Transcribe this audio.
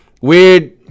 weird